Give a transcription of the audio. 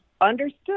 understood